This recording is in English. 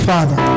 Father